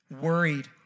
Worried